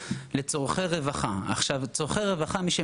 מי שמנהל את צרכי הרווחה במדינת ישראל זה משרד הרווחה,